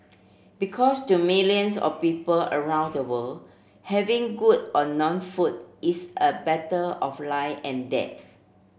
because to millions of people around the world having good or no food is a matter of life and death